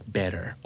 better